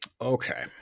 okay